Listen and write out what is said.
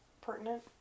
pertinent